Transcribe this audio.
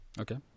okay